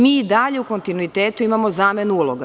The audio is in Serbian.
Mi i dalje u kontinuitetu imamo zamenu uloga.